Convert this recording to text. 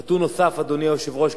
נתון נוסף, אדוני היושב-ראש.